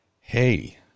hey